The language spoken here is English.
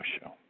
show